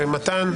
מתן?